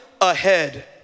ahead